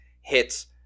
hits